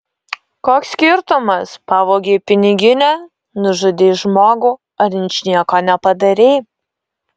koks skirtumas pavogei piniginę nužudei žmogų ar ničnieko nepadarei